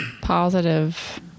positive